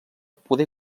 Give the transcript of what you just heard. poder